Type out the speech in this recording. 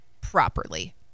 properly